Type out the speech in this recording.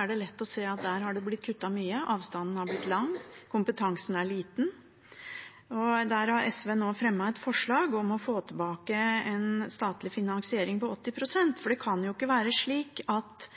det blitt kuttet mye. Avstanden er blitt lang, og kompetansen er liten. SV har nå fremmet et forslag om å få tilbake en statlig finansiering på 80 pst., for det kan jo ikke være slik at